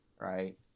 right